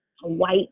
white